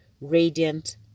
radiant